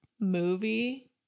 movie